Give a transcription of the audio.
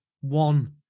one